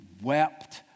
wept